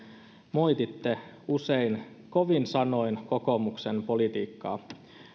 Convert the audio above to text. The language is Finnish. moititte usein kovin sanoin kokoomuksen politiikkaa